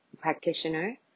practitioner